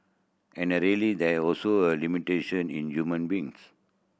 and a really there also a limitation in human beings